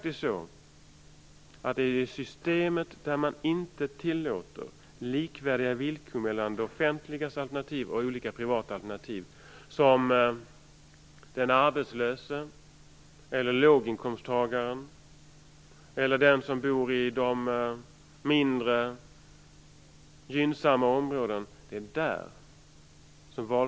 I system där man inte tillåter likvärdiga villkor mellan det offentligas alternativ och olika privata alternativ blir valfriheten som allra mest beskuren för den arbetslöse, för låginkomsttagaren eller för den som bor i de mindre gynnsamma områdena.